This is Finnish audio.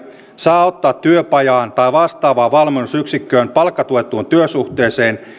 saa ottaa työpajaan tai vastaavaan valmennusyksikköön palkkatuettuun työsuhteeseen